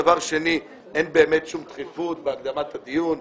דבר שני, אין באמת שום דחיפות בהקדמת הדיון.